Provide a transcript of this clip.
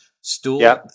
stool